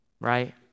right